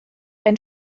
ein